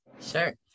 Sure